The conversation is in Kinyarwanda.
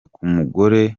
k’umugore